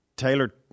Taylor